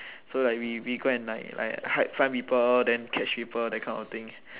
so like we we we go and like hide find people then catch people like all that kind of things